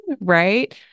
Right